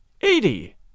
Eighty